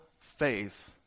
faith